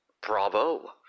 bravo